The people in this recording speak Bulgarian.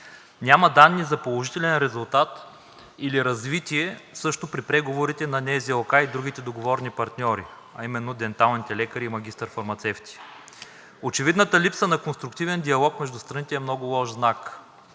Няма данни за положителен резултат или развитие също при преговорите на НЗОК и другите договорни партньори, а именно денталните лекари и магистър-фармацевтите. Очевидната липса на конструктивен диалог между страните е много лош знак.